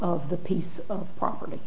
of the piece of property